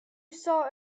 saw